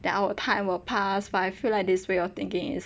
then our time will pass but I feel like this way of thinking is